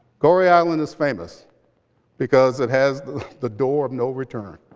goree island is famous because it has the door of no return.